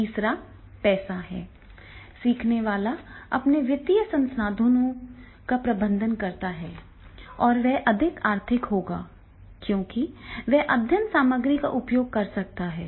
तीसरा पैसा है सीखने वाला अपने वित्तीय संसाधनों का प्रबंधन करता है और यह अधिक आर्थिक होगा क्योंकि वह अध्ययन सामग्री का उपयोग कर सकता है